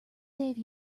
save